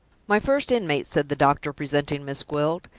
my first inmate, said the doctor, presenting miss gwilt.